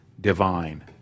divine